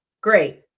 great